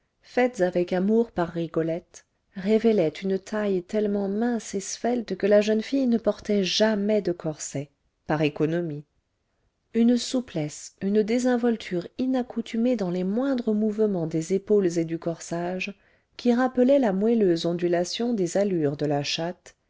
faites avec amour par rigolette révélait une taille tellement mince et svelte que la jeune fille ne portait jamais de corset par économie une souplesse une désinvolture inaccoutumées dans les moindres mouvements des épaules et du corsage qui rappelaient la moelleuse ondulation des allures de la chatte